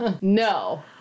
no